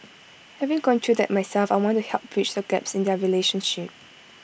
having gone through that myself I want to help bridge the gaps in their relationship